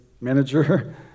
manager